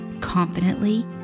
confidently